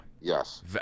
Yes